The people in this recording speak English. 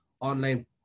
online